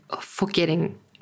forgetting